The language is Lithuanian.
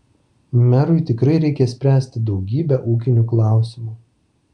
merui tikrai reikia spręsti daugybę ūkinių klausimų